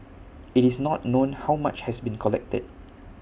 IT is not known how much has been collected